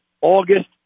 August